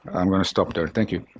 i'm going to stop there. thank you.